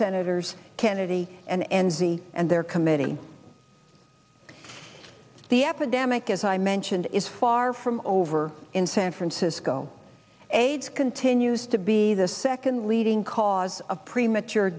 senators kennedy and enzi and their committee the epidemic as i mentioned is far from over in san francisco aids continues to be the second leading cause of premature